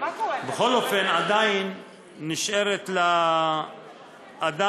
בכל אופן, עדיין נשארת לאדם